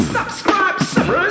Subscribe